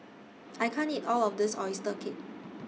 I can't eat All of This Oyster Cake